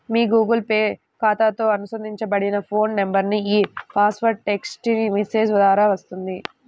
మీ Google Pay ఖాతాతో అనుబంధించబడిన phone నంబర్కు ఈ పాస్వర్డ్ టెక్ట్స్ మెసేజ్ ద్వారా వస్తుంది